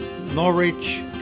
Norwich